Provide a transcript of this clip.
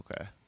Okay